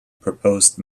proposed